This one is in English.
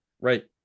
Right